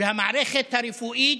והמערכת הרפואית,